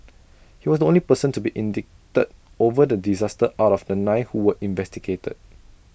he was the only person to be indicted over the disaster out of the nine who were investigated